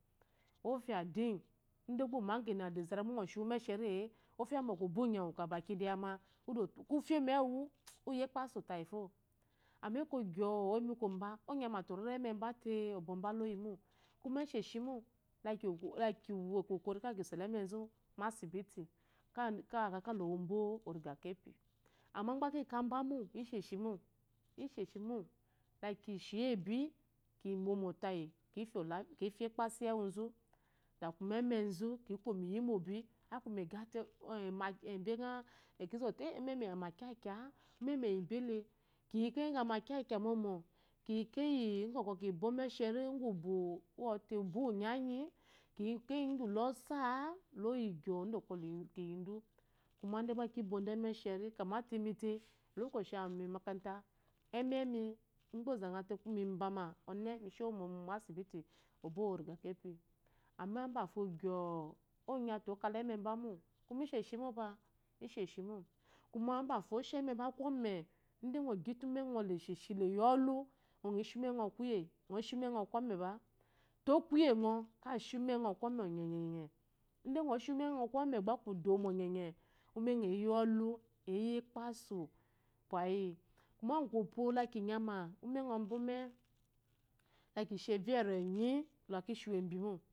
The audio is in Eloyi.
Ofya di ide gba omageni de zara gba ngɔ shiwu omeshari, ofya mbu ngɔ ka baki daya ma ko ufye mu ewuwu uye akpasu tayi fo. Amma eko gyo oyi mu komba onyama te ore la ememba te oboba luyi mo, laki wo okokori kala kiso la emenzu mu asibiti ka akaka lowo bo origakepi, amma gba ki ka bamo isheshi mo, laki shi yebi kiyi mu iwomo tayi ki laekpa zu lyi ewunzo da akumo emenzu ki ko muyi bi a kuma ega te inzɔte emene lye ama kyakya, lumemi eyi mbele, keye keyi nga amakyakya mɔmɔ, kiyi keyi ngu kwɔ kibo emereshi ngwu umbu, ɔte umbu uwu unyanyi, keye keyi ngwu losa-a, logi gyo udu oko kiyi du. Kuma ide gba ki bɔdu emesheri kyamate mite olakaci awu miyi mu omakata ɛnemi mgba ɔzangha te eyi mbama onete mi shewa mu asibiti obo wowu oregakepi amma mbafo gyo̱o onya te okala ememba mo isheshi moba, isheshi mo, kuma mbafo oshi ememba kɔme, ide ngɔ gite umengɔ kuye, ngɔ shi umengɔ kɔme ba to kuye ngs shi umengɔ kɔme gba ku dowu mo ɔnyenye umengɔ eyi olu, eyi ekpasu pwayi, ugufo laki nyama ide ngɔ ba mume la shi evya erenyi la ki shi wu embimo.